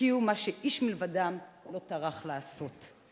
השקיעו מה שאיש מלבדם לא טרח לעשות.